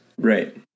Right